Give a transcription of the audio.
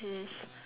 is